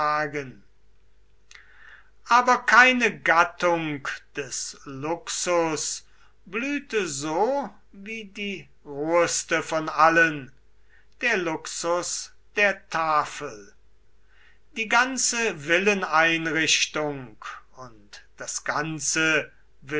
aber keine gattung des luxus blühte so wie die roheste von allen der luxus der tafel die ganze villeneinrichtung und das ganze